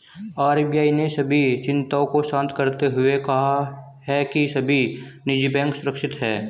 RBI ने सभी चिंताओं को शांत करते हुए कहा है कि सभी निजी बैंक सुरक्षित हैं